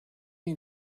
you